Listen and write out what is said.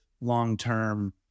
long-term